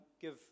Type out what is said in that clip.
give